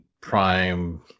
prime